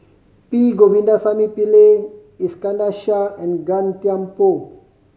P Govindasamy Pillai Iskandar Shah and Gan Thiam Poh